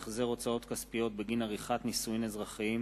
הצעת חוק החזר הוצאות כספיות בגין עריכת נישואין אזרחיים